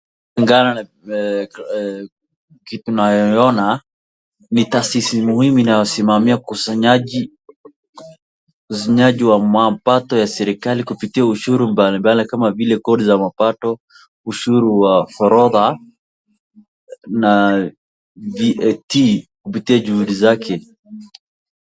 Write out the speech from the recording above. Kulingana na tunayoona, ni tasisi muhimu inayosimamia ukusanyaji wa mapato ya serikali kupitia ushuru mbalimbali kama vile kodi za mapato, ushuru wa forodha na VAT kupitia juhudi zake.